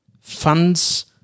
funds